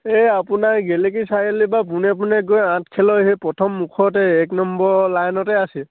এই আপোনাৰ গেলেকী চাৰআলিপৰা পোনে পোনে গৈ আঠ খেলৰ সেই প্ৰথম মুখতে এক নম্বৰ লাইনতে আছিল